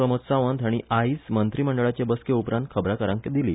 प्रमोद सावंत हांणी आज मंत्रीमंडळाचे बसके उपरांत खबराकारांक दिली